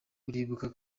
uribuka